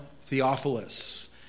Theophilus